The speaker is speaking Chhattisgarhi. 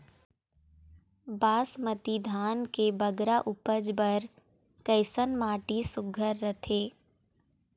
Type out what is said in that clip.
बासमती धान के बगरा उपज बर कैसन माटी सुघ्घर रथे?